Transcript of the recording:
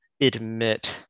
admit